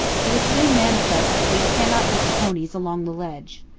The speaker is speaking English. it is soon manifest that we cannot get the ponies along the ledge.